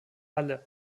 alle